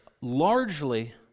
Largely